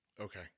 Okay